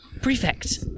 Prefect